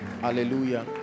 Hallelujah